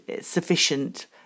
sufficient